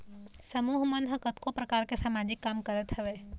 समूह मन ह कतको परकार के समाजिक काम करत हवय